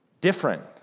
different